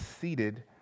seated